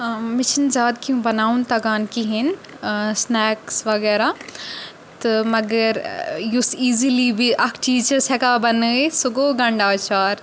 مےٚ چھِنہٕ زیادٕ کینٛہہ بَناوُن تَگان کِہیٖنۍ سنیکٕس وغیرہ تہٕ مگر یُس ایٖزِلی اَکھ چیٖز چھس ہٮ۪کان بَنٲیِتھ سُہ گوٚو گَنٛڈٕ اچار